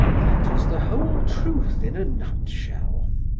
that is the whole truth in a nutshell.